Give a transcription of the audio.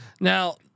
Now